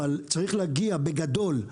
אבל יש להגיע בגדול,